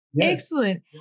Excellent